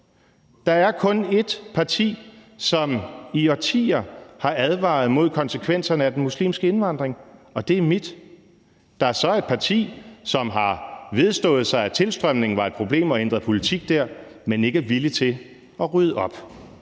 Der er kun ét parti, som i årtier har advaret mod konsekvenserne af den muslimske indvandring, og det er mit parti. Der er så et parti, som har vedstået sig, at tilstrømningen var et problem, og ændret politik på det område, men man er ikke villig til at rydde op.